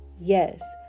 yes